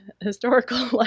historical